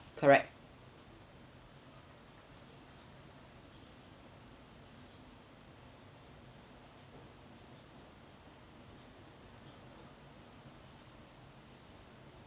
correct